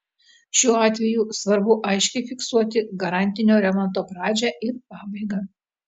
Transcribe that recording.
šiuo atveju svarbu aiškiai fiksuoti garantinio remonto pradžią ir pabaigą